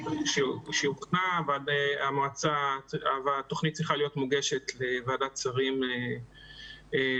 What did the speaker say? אבל התוכנית צריכה להיות מוגשת לוועדת שרים שאמורה